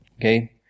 Okay